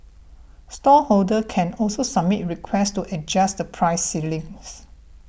stallholders can also submit requests to adjust the price ceilings